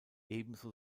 ebenso